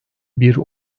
bir